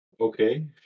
Okay